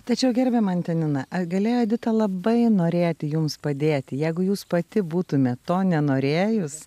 tačiau gerbiama antanina ar galėjo edita labai norėti jums padėti jeigu jūs pati būtumėt to nenorėjus